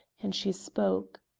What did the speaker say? and she spoke.